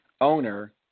owner